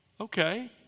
Okay